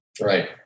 Right